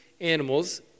animals